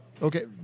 Okay